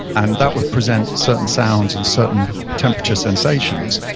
and that would present certain sounds and certain temperature sensations,